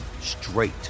straight